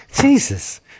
Jesus